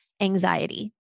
anxiety